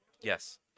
Yes